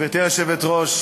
גברתי היושבת-ראש,